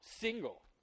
single